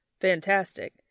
Fantastic